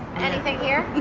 anything here?